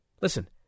listen